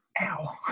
Ow